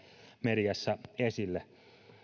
mediassa esille